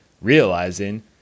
realizing